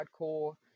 hardcore